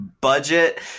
budget